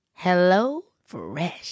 HelloFresh